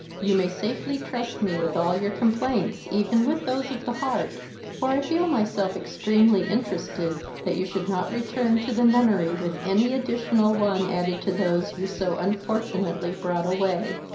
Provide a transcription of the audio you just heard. you may safely trust me with all your complaints even with those of the heart for i feel myself extremely interested that you should not return to the nunnery with any additional one added to those you so unfortunately brought away.